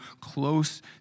close